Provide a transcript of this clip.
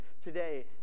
today